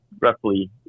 roughly